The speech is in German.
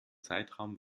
zeitraum